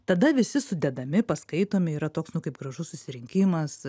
tada visi sudedami paskaitomi yra toks nu kaip gražus susirinkimas